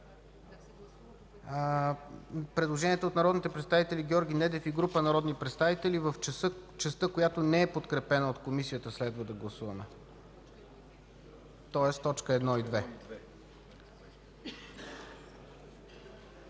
Предложението от народните представители Георги Недев и група народни представители в частта, която не е подкрепена от Комисията следва да гласуваме, тоест точки 1 и 2.